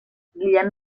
guillem